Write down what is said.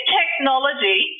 technology